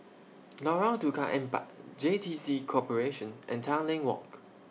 Lorong Tukang Empat J T C Corporation and Tanglin Walk